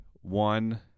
One